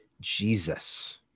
Jesus